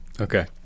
Okay